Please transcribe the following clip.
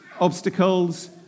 obstacles